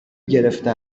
گرفته